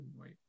wait